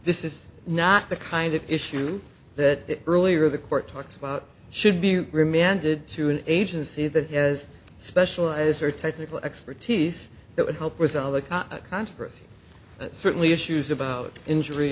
this is not the kind of issue that earlier the court talks about should be remanded to an agency that has special as or technical expertise that would help with all the ca controversy but certainly issues about injury